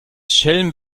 schelm